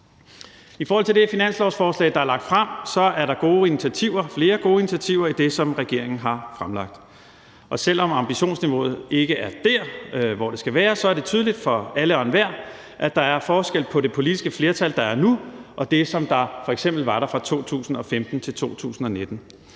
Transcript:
I forhold til det finanslovsforslag, der er fremsat, er der gode initiativer, flere gode initiativer, i det, som regeringen har fremlagt. Og selv om ambitionsniveauet ikke er der, hvor det skal være, er det tydeligt for alle og enhver, at der er forskel på det politiske flertal, der er nu, og det, som der f.eks. var der fra 2015 til 2019.